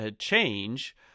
change